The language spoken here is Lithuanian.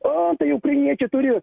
o tai ukrainiečiai turi